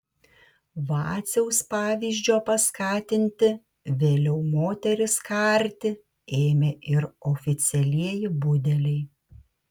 vaciaus pavyzdžio paskatinti vėliau moteris karti ėmė ir oficialieji budeliai